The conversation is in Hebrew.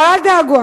אבל אל דאגה,